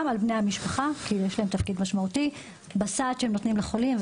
גם על בני המשפחה כי יש להם תפקיד משמעותי בסעד שהם נותנים לחולים.